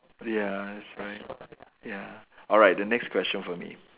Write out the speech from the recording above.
ya that's right ya alright the next question for me